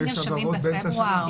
לפעמים נרשמים בפברואר.